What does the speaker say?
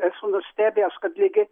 esu nustebęs kad ligi